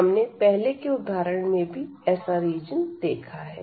हमने पहले के उदाहरण में भी ऐसा रीजन देखा है